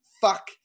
Fuck